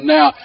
Now